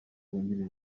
wungirije